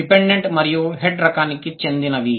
dependent మరియు head రకానికి చెందినవి